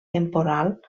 temporal